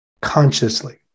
consciously